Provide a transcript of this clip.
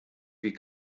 wie